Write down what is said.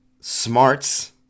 smarts